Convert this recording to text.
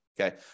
Okay